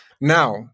Now